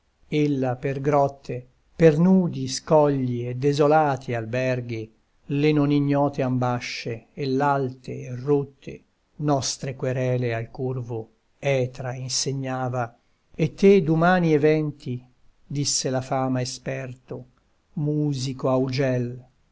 ella per grotte per nudi scogli e desolati alberghi le non ignote ambasce e l'alte e rotte nostre querele al curvo etra insegnava e te d'umani eventi disse la fama esperto musico augel che